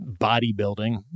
bodybuilding